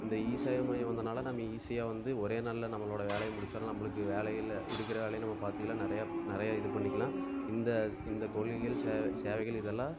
இந்த இசேவை மையம் வந்தனால நம்ம ஈஸியாக வந்து ஒரே நாளில் நம்மளோட வேலையை முடிச்சால் நம்பளுக்கு வேலைகள் இருக்கிற வேலையை நம்ம பார்த்துக்கலாம் நிறையா நிறைய இது பண்ணிக்கலாம் இந்த ஸ் இந்த கொள்கைகள் சே சேவைகள் இதெல்லாம்